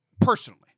personally